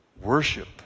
Worship